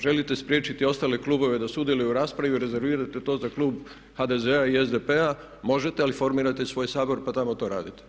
Ako želite spriječiti ostale klubove da sudjeluju u raspravi rezervirajte to za klub HDZ-a i SDP-a, možete ali formirajte svoj Sabor pa tamo to radite.